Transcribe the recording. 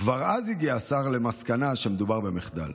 כבר אז הגיע השר למסקנה שמדובר במחדל.